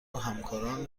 همکاران